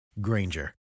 Granger